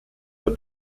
der